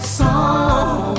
song